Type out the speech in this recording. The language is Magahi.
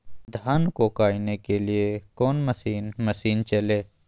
धन को कायने के लिए कौन मसीन मशीन चले?